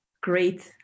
great